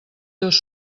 dos